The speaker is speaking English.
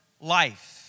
life